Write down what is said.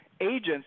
agents